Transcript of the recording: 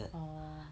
orh